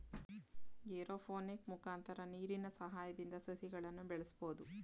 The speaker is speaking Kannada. ಏರೋಪೋನಿಕ್ ಮುಖಾಂತರ ನೀರಿನ ಸಹಾಯದಿಂದ ಸಸಿಗಳನ್ನು ಬೆಳಸ್ಬೋದು